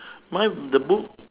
mine the book